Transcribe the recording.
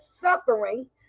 suffering